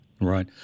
Right